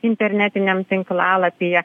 internetiniam tinklalapyje